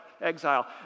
exile